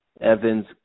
Evans